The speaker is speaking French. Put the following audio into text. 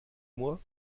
moi